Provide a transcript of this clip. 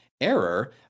error